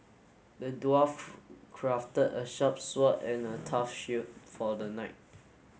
the dwarf crafted a sharp sword and a tough shield for the knight